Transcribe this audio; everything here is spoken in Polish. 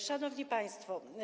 Szanowni Państwo!